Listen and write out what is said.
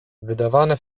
wydawane